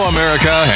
America